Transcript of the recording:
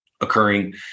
occurring